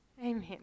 Amen